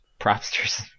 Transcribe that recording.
Propsters